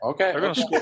Okay